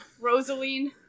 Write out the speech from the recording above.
Rosaline